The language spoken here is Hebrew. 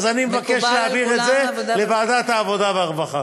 אז אני מבקש להעביר את זה לוועדת העבודה והרווחה.